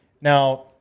now